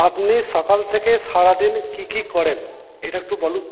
আপনি সকাল থেকে সারাদিন কী কী করেন এটা একটু বলুন